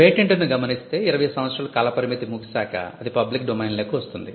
patent ను గమనిస్తే 20 సంవత్సరాల కాల పరిమితి ముగిసాక అది పబ్లిక్ డొమైన్లోకి వస్తుంది